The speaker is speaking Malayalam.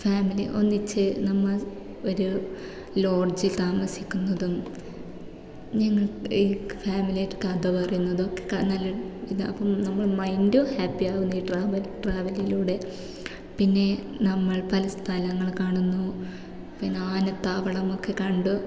ഫാമിലി ഒന്നിച്ച് നമ്മൾ ഒരു ലോഡ്ജിൽ താമസിക്കുന്നതും ഞങ്ങൾ ഈ ഫാമിലി ആയിട്ട് കഥ പറയുന്നതും ഒക്കെ നല്ല ഇതാണ് നമ്മളെ മൈൻഡും ഹാപ്പി ആകും ഈ ട്രാവലിലൂടെ പിന്നേ നമ്മൾ പല സ്ഥലങ്ങൾ കാണുന്നു പിന്നെ ആനത്താവളമൊക്കെ കണ്ടു